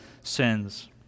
sins